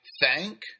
thank